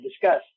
discuss